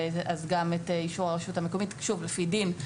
אז גם את אישור המקומית לפי דין.